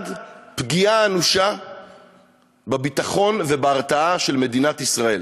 פגיעה אנושה בביטחון ובהרתעה של מדינת ישראל,